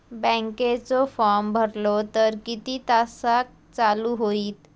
बँकेचो फार्म भरलो तर किती तासाक चालू होईत?